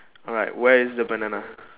alright where is the banana